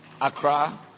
accra